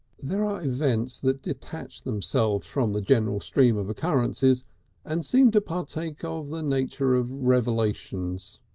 there are events that detach themselves from the general stream of occurrences and seem to partake of the nature of revelations.